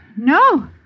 No